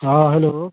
ہاں ہیلو